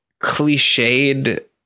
Cliched